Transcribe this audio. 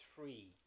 three